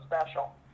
special